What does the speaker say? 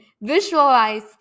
visualize